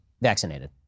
vaccinated